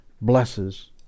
blesses